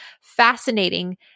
fascinating